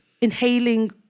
inhaling